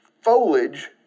foliage